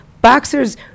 boxers